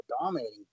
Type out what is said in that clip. dominating